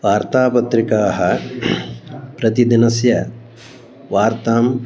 वार्तापत्रिकाः प्रतिदिनस्य वार्ताः